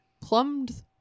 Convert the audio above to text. plumbed